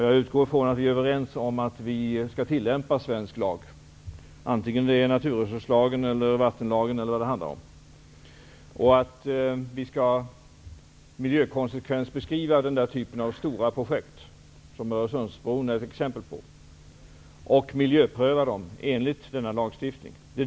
Jag utgår från att vi är överens om att vi skall tillämpa svensk lag, antingen det är naturresurslagen eller vattenlagen eller någon annan lag. Vi skall miljökonsekvensbeskriva den typen av stora projekt som Öresundsbron är exempel på. De skall miljöprövas enligt denna lagstiftning.